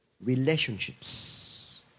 relationships